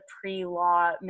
pre-law